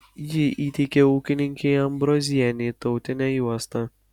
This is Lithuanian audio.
ji įteikė ūkininkei ambrozienei tautinę juostą